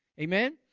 Amen